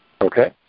Okay